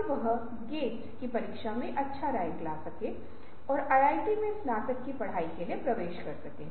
इस प्रकार इसे निर्दिष्ट बॉक्स में रखा जाएगा इसी तरह कंपनी को इस समस्या का सामना करने के लिए विभिन्न विकल्पों की आवश्यकता होती है